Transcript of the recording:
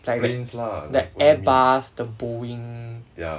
the airbus the boeing